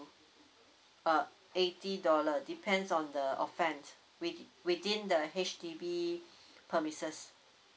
uh eighty dollar depends on the offence with within the H_D_B premises